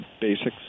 basics